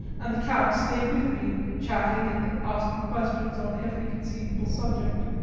and the count stayed with me, chatting and asking questions on every conceivable subject,